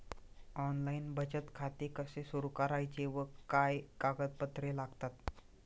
Online बचत खाते कसे सुरू करायचे व काय कागदपत्रे लागतात?